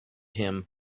him